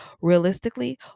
realistically